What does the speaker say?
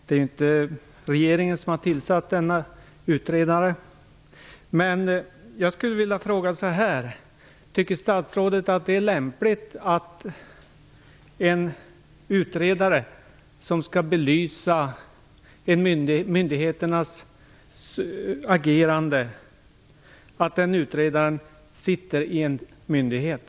Det är ju inte regeringen som har tillsatt denna utredare. Tycker statsrådet att det är lämpligt att en utredare som skall belysa myndigheternas agerande sitter med i en myndighet?